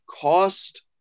cost